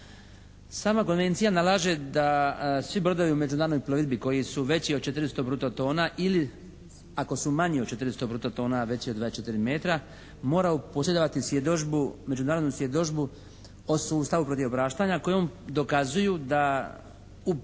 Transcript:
Sama konvencija nalaže da svi brodovi u međunarodnoj plovidbi koji su veći od 400 bruto tona ili ako su manji od 400 bruto tona a veći od 24 metra moraju posjedovati svjedodžbu, međunarodnu svjedodžbu o sustavu protiv obraštanja kojom dokazuju da u